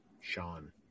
sean